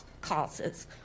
causes